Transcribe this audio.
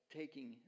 taking